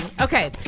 Okay